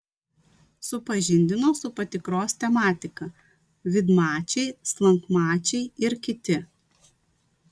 supažindino su patikros tematika vidmačiai slankmačiai ir kiti